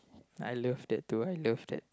I love that do I love that